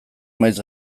maiz